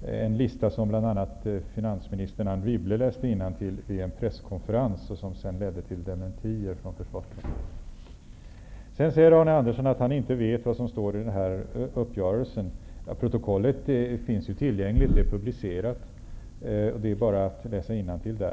Vid en presskonferens läste bl.a. finansminister Anne Wibble upp denna lista, som senare dementerades av försvarsministern. Arne Andersson sade att han inte vet vad som står i uppgörelsen. Protokollet är ju publicerat och finns tillgängligt, så det är bara att läsa innantill.